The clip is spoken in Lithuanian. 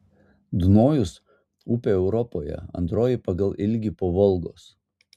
dunojus upė europoje antroji pagal ilgį po volgos